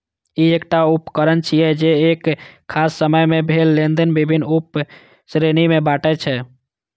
ई एकटा उकरण छियै, जे एक खास समय मे भेल लेनेदेन विभिन्न उप श्रेणी मे बांटै छै